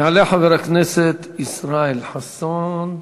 יעלה חבר הכנסת ישראל חסון,